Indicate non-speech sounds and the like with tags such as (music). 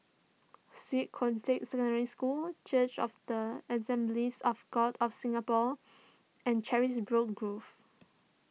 Swiss Cottage Secondary School Church of the Assemblies of God of Singapore (noise) and Carisbrooke Grove